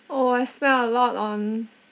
orh I spend a lot on